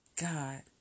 God